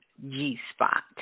G-spot